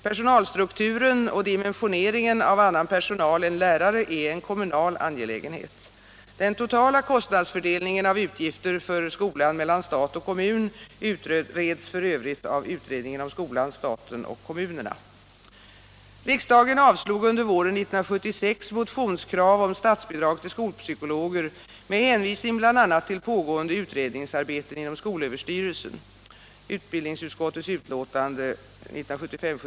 Personalstrukturen och dimensioneringen av annan personal än lärare är en kommunal angelägenhet. Den totala kostnadsfördelningen av utgifter för skolan mellan stat och kommun utreds f. ö. av utredningen om skolan, staten och kommunerna. Riksdagen avslog under våren 1976 motionskrav om statsbidrag till skolpsykologer med hänvisning bl.a. till pågående utredningsarbeten inom skolöverstyrelsen .